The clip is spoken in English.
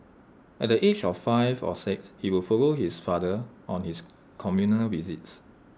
at the age of five or six he would follow his father on his community visits